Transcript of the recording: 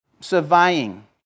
Surveying